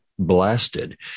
blasted